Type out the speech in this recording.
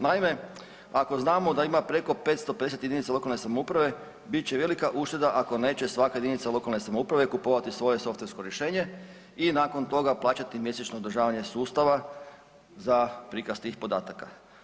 Naime, ako znamo da ima preko 550 jedinica lokalne samouprave bit će velika ušteda ako neće svaka jedinica lokalne samouprave kupovati svoje softversko rješenje i nakon toga plaćati mjesečno održavanje sustava za prikaz tih podataka.